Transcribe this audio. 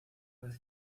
vez